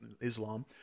Islam